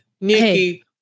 Nikki